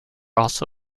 also